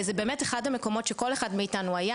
זה באמת אחד המקומות שכל אחד מאתנו היה,